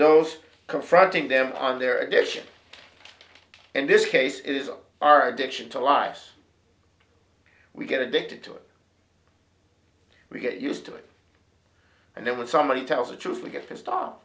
those confronting them and their addiction in this case is our addiction to lives we get addicted to it we get used to it and then when somebody tells the truth we get